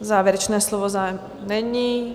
O závěrečné slovo zájem není.